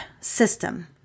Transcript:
system